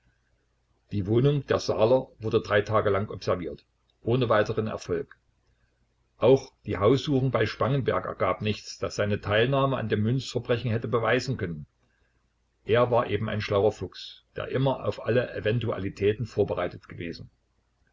die wohnung der saaler wurde drei tage lang observiert ohne weiteren erfolg auch die haussuchung bei spangenberg ergab nichts das seine teilnahme an dem münzverbrechen hätte beweisen können er war eben ein schlauer fuchs der immer auf alle eventualitäten vorbereitet gewesen